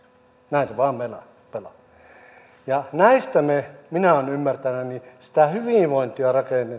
se vaan pelaa ja näistä minä olen ymmärtänyt että sitä hyvinvointia rakennetaan